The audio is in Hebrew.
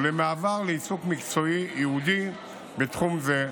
ולמעבר לעיסוק מקצועי ייעודי בתחום זה,